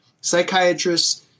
psychiatrists